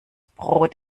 brot